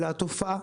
אלא התופעה.